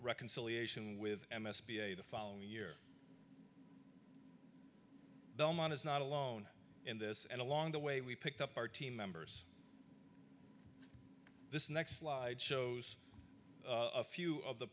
reconciliation with m s p a the following year belmont is not alone in this and along the way we picked up our team members this next slide shows a few of the